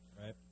Right